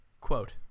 Quote